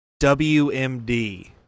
WMD